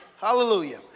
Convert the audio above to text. Hallelujah